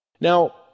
Now